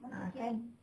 ah kan